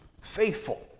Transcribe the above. faithful